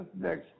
next